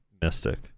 Mystic